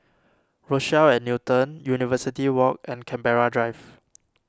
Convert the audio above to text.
Rochelle at Newton University Walk and Canberra Drive